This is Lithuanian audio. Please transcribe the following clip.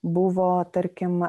buvo tarkim